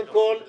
שר העבודה,